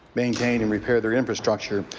maintain and repair their infrastructure.